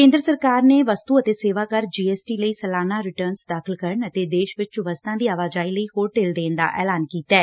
ਕੇਂਦਰ ਸਰਕਾਰ ਨੇ ਵਸਤੁ ਅਤੇ ਸੇਵਾ ਕਰ ਜੀ ਐਸ ਟੀ ਲਈ ਸਾਲਾਨਾ ਰਿਟਰਨ ਦਾਖ਼ਲ ਕਰਨ ਅਤੇ ਦੇਸ਼ ਵਿਚ ਵਸਤਾਂ ਦੀ ਆਵਾਜਾਈ ਲਈ ਹੋਰ ਢਿੱਲ ਦੇਣ ਦਾ ਐਲਾਨ ਕੀਤੈ